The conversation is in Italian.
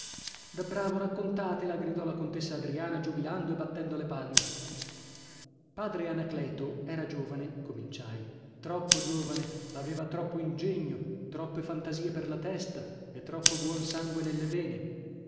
da bravo raccontatela gridò la contessa adriana giubilando e battendo le palme padre anacleto era giovane cominciai troppo giovane aveva troppo ingegno troppe fantasie per la testa e troppo buon sangue nelle vene